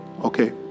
Okay